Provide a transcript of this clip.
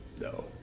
no